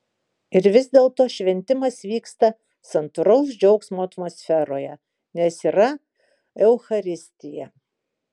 ir vis dėlto šventimas vyksta santūraus džiaugsmo atmosferoje nes yra eucharistija